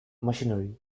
machinery